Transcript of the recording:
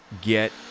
get